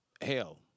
hell